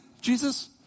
Jesus